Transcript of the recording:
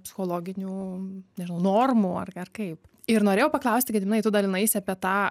psichologinių nežinau normų ar ar kaip ir norėjau paklausti gediminai tu dalinaisi apie tą